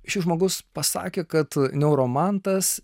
šis žmogus pasakė kad neuromantas